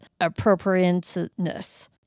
appropriateness